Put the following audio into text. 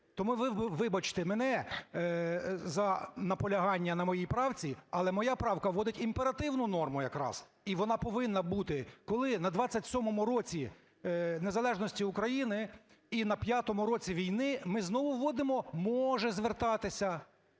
Тому ви вибачте мене за наполягання на моїй правці, але моя правка вводить імперативну норму якраз і вона повинна бути. Коли на 27-му році незалежності України і на 5-му році війни ми знову вводимо "може звертатися,